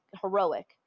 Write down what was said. heroic